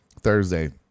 Thursday